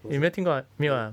what's that no